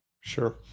Sure